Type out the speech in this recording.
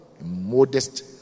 Modest